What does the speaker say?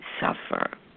suffer